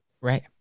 Right